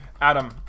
adam